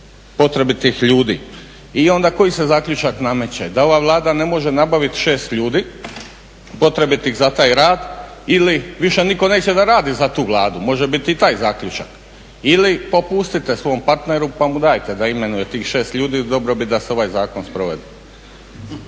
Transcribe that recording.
potrebiti ljudi. I onda koji se zaključak nameće, da ova Vlada ne može nabaviti 6 ljudi potrebiti za taj rad ili više nitko neće da radi za tu Vladu, može biti i taj zaključak. Ili popustite svom partneru pa mu dajte da imenuje tih 6 ljudi za dobrobit da se ovaj zakon sprovede.